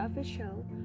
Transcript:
official